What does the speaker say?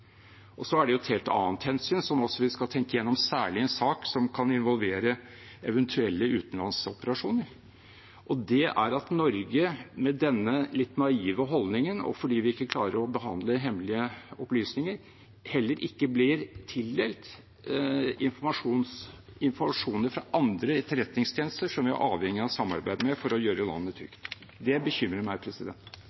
er også et helt annet hensyn vi skal tenke igjennom, særlig i en sak som kan involvere eventuelle utenlandsoperasjoner, og det er at Norge med denne litt naive holdningen, og fordi vi ikke klarer å behandle hemmelige opplysninger, heller ikke blir tildelt informasjon fra andre etterretningstjenester, som vi er avhengige av å samarbeide med for å gjøre landet